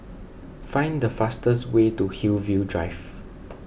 find the fastest way to Hillview Drive